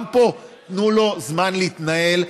גם פה, תנו לו זמן להתנהל.